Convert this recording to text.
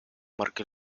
marca